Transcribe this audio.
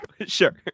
Sure